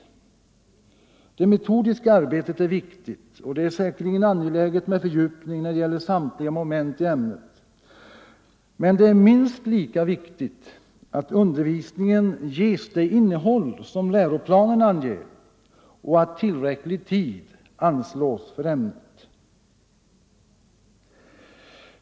Det metodiska arbetet är viktigt och det är säkerligen angeläget med fördjupning när det gäller samtliga moment i ämnet, men det är minst lika viktigt att undervisningen ges det innehåll som läroplanen anger och att tillräcklig tid anslås för ämnet.